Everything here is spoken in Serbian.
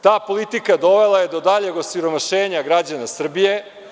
Ta politika dovela je do daljeg osiromašenja građana Srbije.